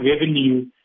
revenue